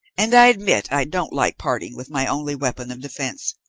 and i admit i don't like parting with my only weapon of defence.